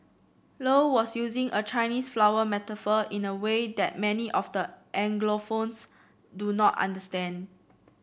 low was using a Chinese flower metaphor in a way that many of the anglophones do not understand